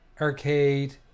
Arcade